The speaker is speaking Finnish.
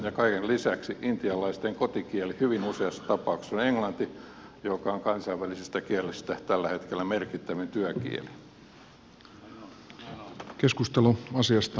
kaiken lisäksi intialaisten kotikieli hyvin useassa tapauksessa on englanti joka on kansainvälisistä kielistä tällä hetkellä merkittävin työkieli